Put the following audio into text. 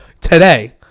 today